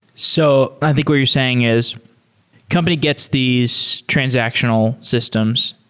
so i think what you're saying is company gets these transactional systems.